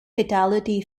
fatality